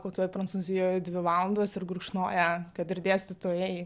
kokioj prancūzijoj dvi valandos ir gurkšnoja kad ir dėstytojai